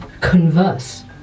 converse